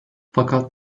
fakat